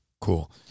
Cool